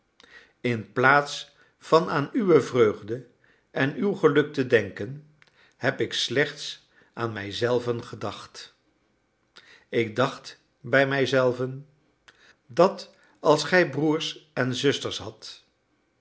inplaats van aan uwe vreugde en uw geluk te denken heb ik slechts aan mij zelven gedacht ik dacht bij mij zelven dat als gij broers en zusters hadt